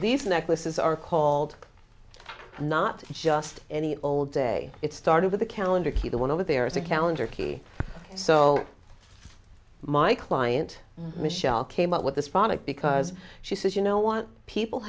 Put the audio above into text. these necklaces are called not just any old day it started with a calendar key the one over there is a calendar key so my client michelle came up with this product because she says you know want people